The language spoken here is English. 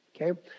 okay